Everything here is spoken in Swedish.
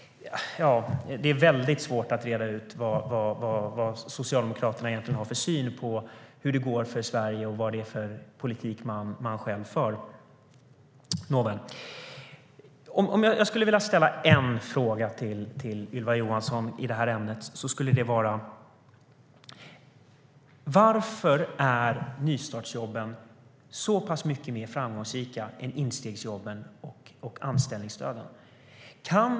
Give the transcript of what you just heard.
Det är väldigt svårt att reda ut vad Socialdemokraterna egentligen har för syn på hur det går för Sverige och vad det är för politik man själv för. Jag skulle vilja ställa en fråga till Ylva Johansson i det här ämnet: Varför är nystartsjobben så pass mycket mer framgångsrika än instegsjobben och anställningsstöden?